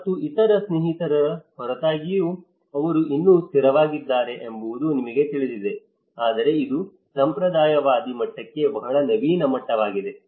ಮತ್ತು ಇತರ ಸ್ನೇಹಿತರ ಹೊರತಾಗಿಯೂ ಅವರು ಇನ್ನೂ ಸ್ಥಿರವಾಗಿದ್ದಾರೆ ಎಂಬುದು ನಿಮಗೆ ತಿಳಿದಿದೆ ಆದರೆ ಇದು ಸಂಪ್ರದಾಯವಾದಿ ಮಟ್ಟಕ್ಕೆ ಬಹಳ ನವೀನ ಮಟ್ಟವಾಗಿದೆ